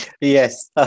Yes